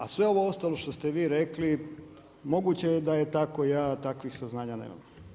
A sve ovo ostalo što ste vi rekli, moguće da je tako, ja takvih saznanja nemam.